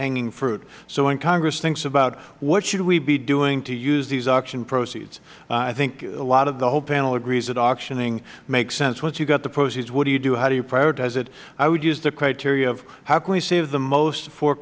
hanging fruit so when congress thinks about what should we be doing to use these auction proceeds i think a lot of the whole panel agrees that auctioning makes sense once you got the proceeds what do you do how do you prioritize it i would use the criteria of how can we save the most for